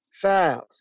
files